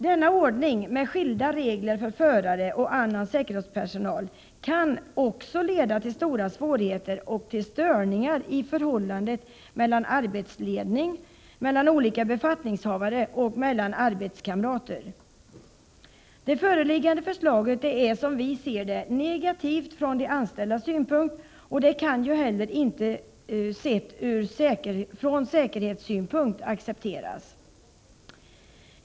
Denna ordning med skilda regler för förare och annan säkerhetspersonal kan också leda till stora svårigheter och störningar i förhållandet mellan arbetsledning, olika befattningshavare och arbetskamrater. Det föreliggande förslaget är, som vi ser det, negativt från de anställdas synpunkt, och det kan inte heller accepteras från säkerhetssynpunkt.